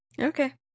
Okay